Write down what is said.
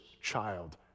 child